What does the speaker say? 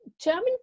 German